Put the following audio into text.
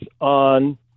on